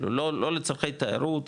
לא לצרכי תיירות,